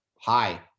hi